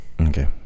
okay